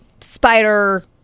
spider